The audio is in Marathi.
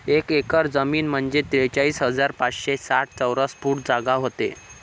एक एकर जमीन म्हंजे त्रेचाळीस हजार पाचशे साठ चौरस फूट जागा व्हते